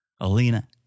Alina